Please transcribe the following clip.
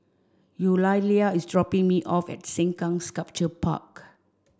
Eulalia is dropping me off at Sengkang Sculpture Park